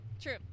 True